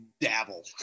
dabble